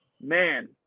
Man